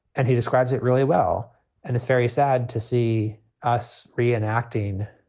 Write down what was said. and he describes it really well and it's very sad to see us re-enacting.